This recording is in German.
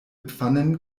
pfannen